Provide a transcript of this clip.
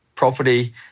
property